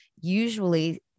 usually